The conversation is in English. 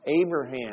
Abraham